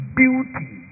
beauty